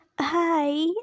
Hi